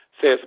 says